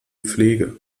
pflege